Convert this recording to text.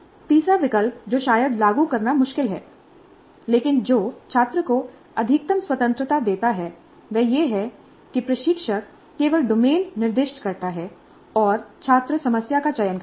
तीसरा विकल्प जो शायद लागू करना मुश्किल है लेकिन जो छात्र को अधिकतम स्वतंत्रता देता है वह यह है कि प्रशिक्षक केवल डोमेन निर्दिष्ट करता है और छात्र समस्या का चयन करते हैं